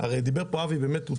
הרי דיבר פה אבי וצדק,